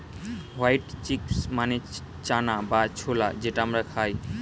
white chickpea মানে চানা বা ছোলা যেটা আমরা খাই